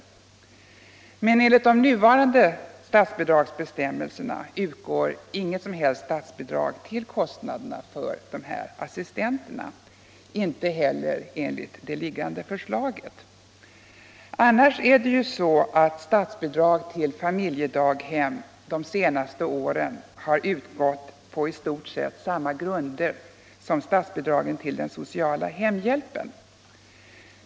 Varken enligt de nuvarande eller de föreslagna statsbidragsbestämmelserna utgår något som helst statsbidrag till kostnaderna för dessa assistenter. Annars är det ju så att statsbidrag till familjedaghem de senaste åren har utgått på i stort sett samma grunder som statsbidragen till den sociala hemhjälpen.